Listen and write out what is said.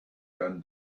gun